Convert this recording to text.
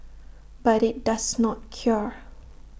but IT does not cure